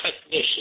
technician